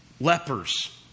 lepers